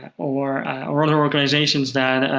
or or other organizations that